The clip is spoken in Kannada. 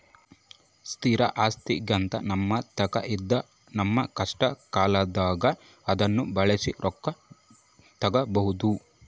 ಸ್ಥಿರ ಆಸ್ತಿಅಂತ ನಮ್ಮತಾಕ ಇದ್ರ ನಮ್ಮ ಕಷ್ಟಕಾಲದಾಗ ಅದ್ನ ಬಳಸಿ ರೊಕ್ಕ ತಗಬೋದು